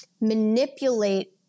manipulate